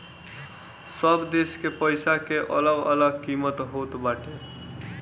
सब देस के पईसा के अलग अलग किमत होत बाटे